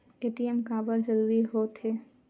ATM काबर जरूरी हो थे?